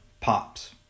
Pops